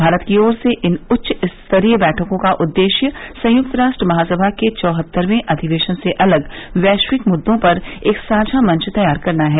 भारत की ओर से इन उच्च स्तरीय बैठकों का उद्देश्य संयुक्त राष्ट्र महासभा के चौहत्तरवे अधिवेशन से अलग वैश्विक मुद्दों पर एक साझा मंच तैयार करना है